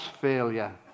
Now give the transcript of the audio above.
failure